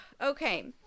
Okay